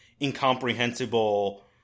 incomprehensible